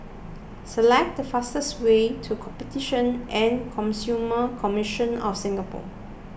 select the fastest way to Competition and Consumer Commission of Singapore